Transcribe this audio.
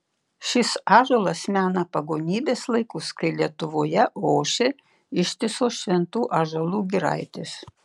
šis ąžuolas mena pagonybės laikus kai lietuvoje ošė ištisos šventų ąžuolų giraitės